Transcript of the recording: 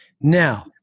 Now